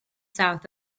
south